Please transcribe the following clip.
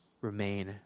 remain